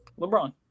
LeBron